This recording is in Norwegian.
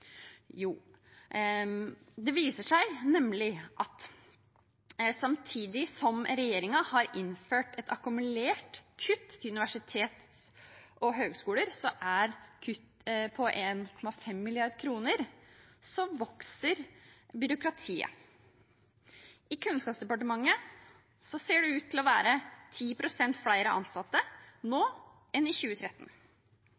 Jo, det viser seg nemlig at samtidig som regjeringen har innført et akkumulert kutt til universiteter og høyskoler på 1,5 mrd. kr, vokser byråkratiet. I Kunnskapsdepartementet ser det ut til å være 10 pst. flere ansatte